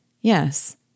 Yes